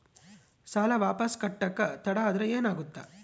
ಸಾಲ ವಾಪಸ್ ಕಟ್ಟಕ ತಡ ಆದ್ರ ಏನಾಗುತ್ತ?